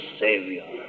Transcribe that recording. savior